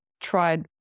tried